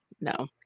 no